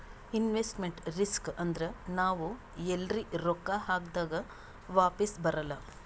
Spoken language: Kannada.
ಇನ್ವೆಸ್ಟ್ಮೆಂಟ್ ರಿಸ್ಕ್ ಅಂದುರ್ ನಾವ್ ಎಲ್ರೆ ರೊಕ್ಕಾ ಹಾಕ್ದಾಗ್ ವಾಪಿಸ್ ಬರಲ್ಲ